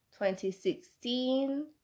2016